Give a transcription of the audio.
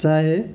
चाहे